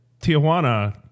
Tijuana